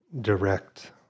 direct